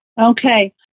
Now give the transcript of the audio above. Okay